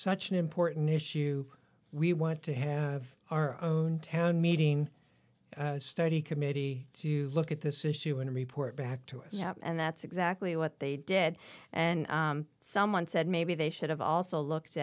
such an important issue we want to have our own town meeting study committee to look at this issue and report back to us and that's exactly what they did and someone said maybe they should have also looked